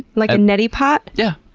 like a neti pot? yeah,